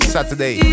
Saturday